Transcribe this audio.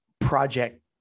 project